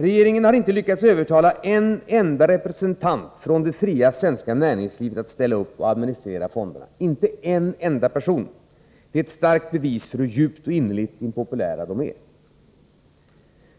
Regeringen har inte lyckats övertala en enda representant från det fria svenska näringslivet att ställa upp och administrera fonderna — inte en enda. Det är ett starkt bevis för hur djupt och innerligt impopulära fonderna är.